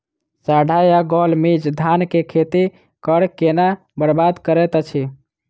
साढ़ा या गौल मीज धान केँ खेती कऽ केना बरबाद करैत अछि?